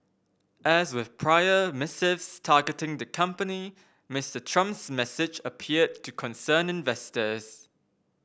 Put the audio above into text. as with prior missives targeting the company Mister Trump's message appeared to concern investors